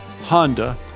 Honda